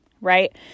Right